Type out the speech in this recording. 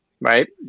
right